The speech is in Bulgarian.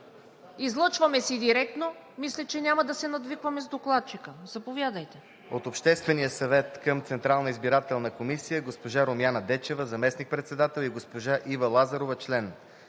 Излъчваме се директно. Мисля, че няма да се надвикваме с докладчика. Заповядайте.